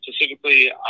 Specifically